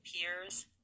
peers